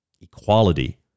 Equality